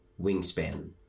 wingspan